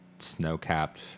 snow-capped